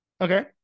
Okay